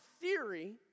theory